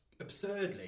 absurdly